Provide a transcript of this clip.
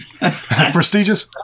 prestigious